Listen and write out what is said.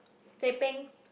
teh ping